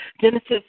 Genesis